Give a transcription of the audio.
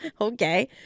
Okay